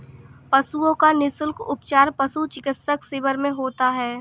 पशुओं का निःशुल्क उपचार पशु चिकित्सा शिविर में होता है